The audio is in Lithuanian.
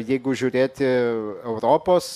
jeigu žiūrėti europos